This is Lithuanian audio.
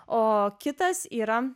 o kitas yra